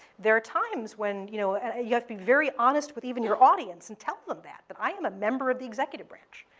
there are times when you know and ah you have to be very honest with even your audience and tell them that that, i am a member of the executive branch.